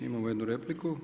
Imamo jednu repliku.